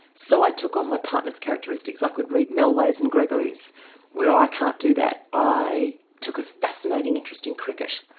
so i took on my partner's characteristics i could read melways and gregory's where i can't do that. i took a fascinating interest in cricket,